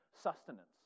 sustenance